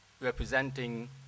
representing